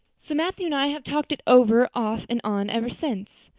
so matthew and i have talked it over off and on ever since.